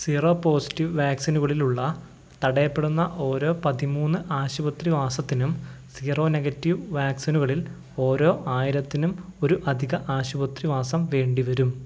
zero positive വാക്സിനുകളില് ഉള്ള തടയപ്പെടുന്ന ഓരോ പതിമൂന്ന് ആശുപത്രി വാസത്തിനും സീറോ നെഗറ്റീവ് വാക്സിനുകളില് ഓരോ ആയിരത്തിനും ഒരു അധിക ആശുപത്രിവാസം വേണ്ടി വരും